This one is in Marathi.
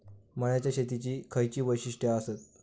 मळ्याच्या शेतीची खयची वैशिष्ठ आसत?